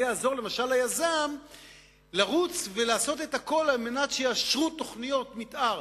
זה יעזור למשל ליזם לרוץ ולעשות הכול כדי שיאשרו תוכניות מיתאר,